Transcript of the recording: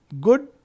good